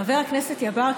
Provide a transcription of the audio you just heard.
חבר הכנסת יברקן,